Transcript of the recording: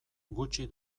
gutxi